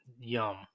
yum